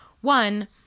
One